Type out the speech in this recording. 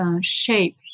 shape